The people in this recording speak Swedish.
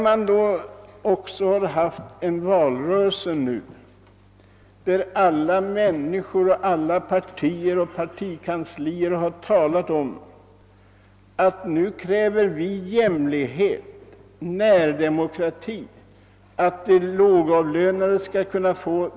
Under höstens valrörelse framförde representanter för alla partier krav på jämlikhet och närdemokrati; de krävde även förbättrade villkor för de lågavlönade.